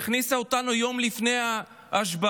הכניסה אותנו יום לפני ההשבעה,